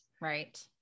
Right